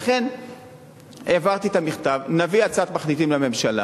לכן העברתי את המכתב, נביא הצעת מחליטים לממשלה.